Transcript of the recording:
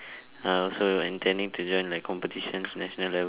are also intending to join like competitions national level